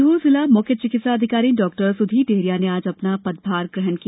सीहोर जिला मुख्य चिकित्सा अधिकारी डॉक्टर सुधीर डेहरिया ने आज अपना पदभार ग्रहण किया